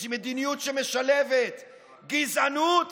מדיניות שמשלבת גזענות